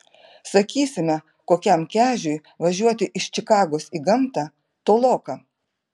sakysime kokiam kežiui važiuoti iš čikagos į gamtą toloka